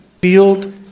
field